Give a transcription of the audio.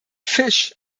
fish